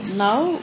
now